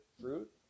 fruit